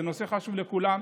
זה נושא שחשוב לכולם,